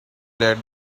led